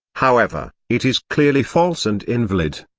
however, it is clearly false and invalid.